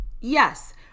Yes